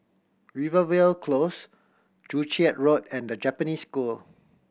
Rivervale Close Joo Chiat Road and The Japanese School